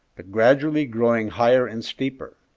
but gradually growing higher and steeper.